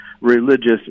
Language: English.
religious